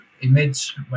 image